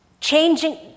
changing